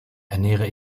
ernähre